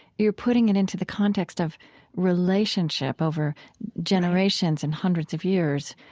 you're putting it into the context of relationship over generations and hundreds of years